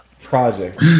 project